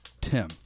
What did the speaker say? Tim